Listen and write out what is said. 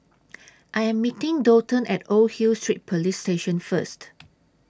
I Am meeting Daulton At Old Hill Street Police Station First